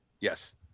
Yes